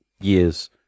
years